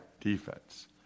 defense